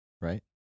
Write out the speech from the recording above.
right